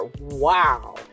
Wow